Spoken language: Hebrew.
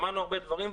שמענו הרבה דברים,